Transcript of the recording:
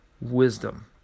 wisdom